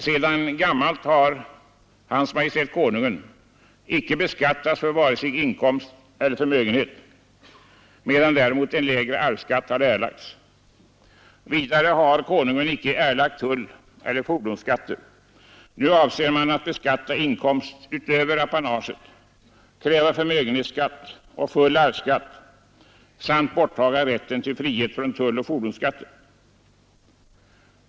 Sedan gammalt har Hans Majestät Konungen icke beskattats för vare sig inkomst eller förmögenhet, medan en lägre arvsskatt har erlagts. Vidare har Konungen icke erlagt tull eller fordonsskatter. Nu avser man att beskatta inkomst utöver apanaget, kräva förmögenhetsskatt och full arvsskatt samt bortta rätten till frihet från tull och fordonsskatter.